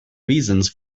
reasons